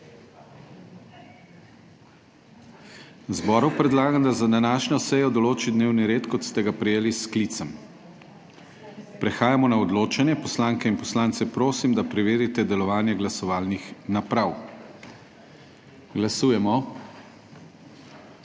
Zboru predlagam, da za današnjo sejo določi dnevni red, kot ste ga prejeli s sklicem. Prehajamo na odločanje. Poslanke in poslance prosim, da preverijo delovanje glasovalnih naprav. Glasujemo.